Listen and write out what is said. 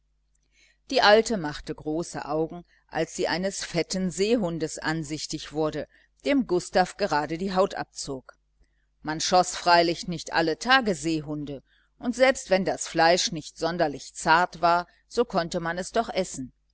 die alte machte große augen als sie eines fetten seehundes ansichtig wurde dem gustav gerade die haut abzog man schoß freilich nicht alle tage seehunde und selbst wenn das fleisch nicht sonderlich zart war so konnte man es doch essen